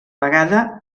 vegada